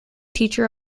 teacher